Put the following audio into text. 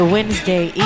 Wednesday